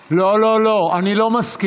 לא, לא, לא, אני לא מסכים,